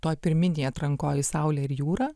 toj pirminėj atrankoj į saulę ir jūrą